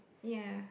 ya